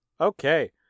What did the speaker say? Okay